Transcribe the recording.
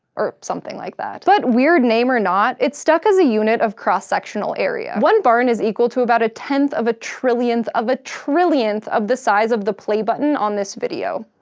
or something like that. but weird name or not, it stuck as a unit of cross-sectional area. one barn is equal to about a tenth of a trillionth of a trillionth of the size of the play button on this video.